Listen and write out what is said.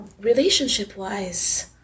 Relationship-wise